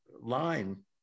line